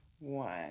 One